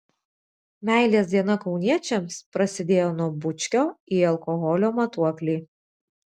meilės diena kauniečiams prasidėjo nuo bučkio į alkoholio matuoklį